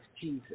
Jesus